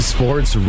Sports